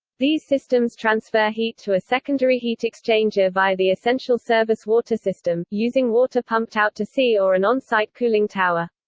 these systems transfer heat to a secondary heat exchanger via the essential service water system, using water pumped out to sea or an onsite cooling tower.